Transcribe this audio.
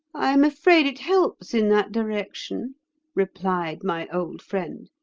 i am afraid it helps in that direction replied my old friend.